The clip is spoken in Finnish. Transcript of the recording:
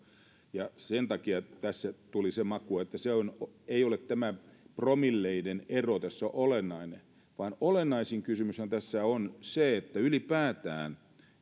sen takia tässä tuli se maku että ei ole tämä promillejen ero tässä olennainen vaan olennaisin kysymyshän tässä on se että ylipäätään